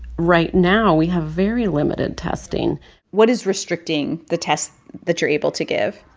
right now, we have very limited testing what is restricting the tests that you're able to give?